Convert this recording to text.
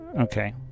Okay